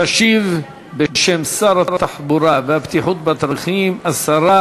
תשיב בשם שר התחבורה והבטיחות בדרכים השרה